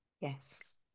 Yes